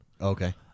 Okay